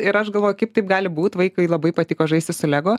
ir aš galvoju kaip taip gali būti vaikui labai patiko žaisti su lego